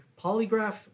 polygraph